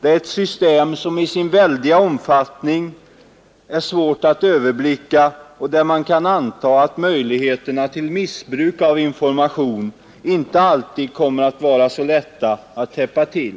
Det är ett system som i sin väldiga omfattning är svårt att överblicka och där man kan anta att möjligheterna till missbruk av information inte alltid kommer att vara så lätta att täppa till.